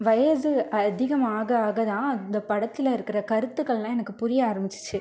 வயது அதிகம் ஆக ஆகதான் அந்த படத்தில் இருக்கிற கருத்துக்கள் எல்லாம் எனக்கு புரிய ஆரம்பிச்சிச்சு